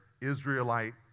Israelite